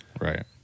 Right